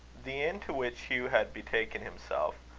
the inn to which hugh had betaken himself,